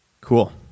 cool